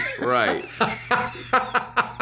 Right